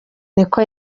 niko